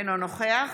אינו נוכח